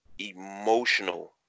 emotional